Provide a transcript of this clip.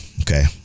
okay